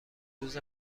روز